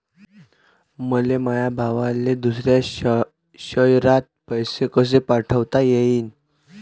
मले माया भावाले दुसऱ्या शयरात पैसे कसे पाठवता येईन?